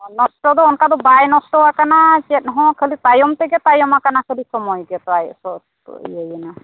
ᱱᱚᱥᱴᱚ ᱫᱚ ᱚᱱᱠᱟ ᱫᱚ ᱵᱟᱭ ᱱᱚᱥᱴᱚ ᱠᱟᱱᱟ ᱪᱮᱫ ᱦᱚᱸ ᱠᱷᱟᱹᱞᱤ ᱛᱟᱭᱚᱢ ᱛᱮᱜᱮ ᱛᱟᱭᱚᱢ ᱠᱟᱱᱟ ᱠᱷᱟᱹᱞᱤ ᱥᱚᱢᱚᱭ ᱜᱮ ᱤᱭᱟᱹᱭᱮᱱᱟ